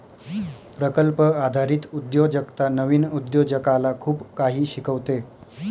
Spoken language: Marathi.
प्रकल्प आधारित उद्योजकता नवीन उद्योजकाला खूप काही शिकवते